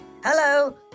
Hello